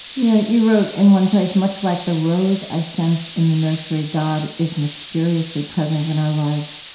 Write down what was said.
you know, you wrote in one place much like the rose i sensed in the nursery, god is mysteriously present in our lives.